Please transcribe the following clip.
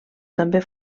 també